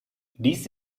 dies